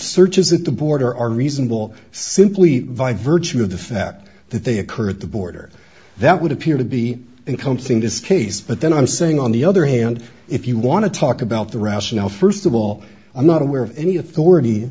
searches at the border are reasonable simply virtue of the fact that they occur at the border that would appear to be encompassing this case but then i'm saying on the other hand if you want to talk about the rationale first of all i'm not aware of any authority